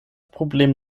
problem